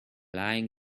lying